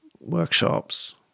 workshops